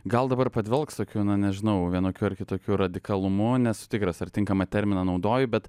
gal dabar padvelks tokiu na nežinau vienokiu ar kitokiu radikalumu nesu tikras ar tinkamą terminą naudoju bet